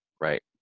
Right